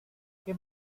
que